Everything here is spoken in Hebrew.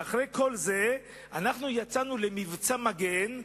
ואחרי כל זה אנחנו יצאנו למבצע מגן,